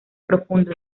profundo